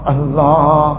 Allah